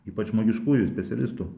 ypač žmogiškųjų specialistų